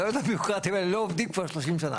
הפתרונות הבירוקרטיים האלה לא עובדים כבר 30 שנה.